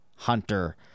Hunter